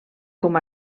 com